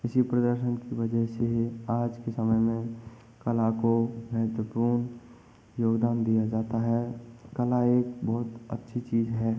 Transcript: इसी प्रदर्शन की वजह से आज के समय में कला को महत्वपूर्ण योगदान दिया जाता है कला एक बहुत अच्छी चीज़ है